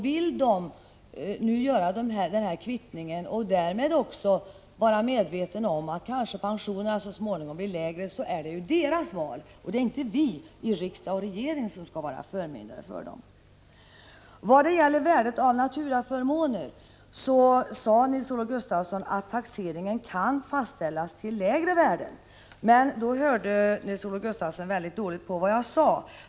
Vill de nu göra denna kvittning och därmed också vara medvetna om att deras pensioner så småningom kanske blir lägre så är det deras val. Det är inte vi i riksdag och regering som skall vara förmyndare för dem. När det gäller värdet av naturaförmåner sade Nils-Olof Gustafsson att taxeringen kan fastställas till lägre värden. Men då hörde Nils-Olof Gustafsson mycket dåligt på vad jag sade.